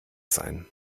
sein